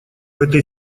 этой